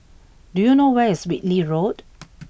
do you know where is Whitley Road